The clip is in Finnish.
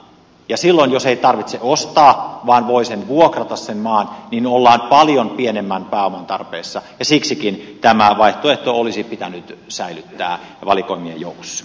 ja silloin jos ei tarvitse ostaa vaan voi vuokrata sen maan niin ollaan paljon pienemmän pääoman tarpeessa ja siksikin tämä vaihtoehto olisi pitänyt säilyttää valikoimien joukossa